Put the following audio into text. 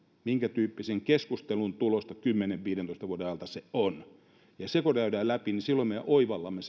minkätyyppisen keskustelun tulosta kymmenen viiva viidentoista vuoden ajalta se on kun se käydään läpi silloin me oivallamme